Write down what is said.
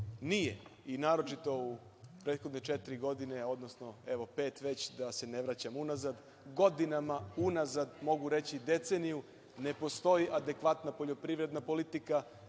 nije, i naročito u prethodne četiri godine, odnosno evo pet već da se ne vraćamo unazad. Godinama unazad mogu reći deceniju, ne postoji adekvatna poljoprivredna politika,